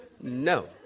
no